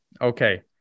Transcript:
Okay